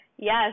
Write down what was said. Yes